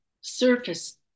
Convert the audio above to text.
surface